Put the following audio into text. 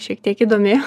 šiek tiek įdomi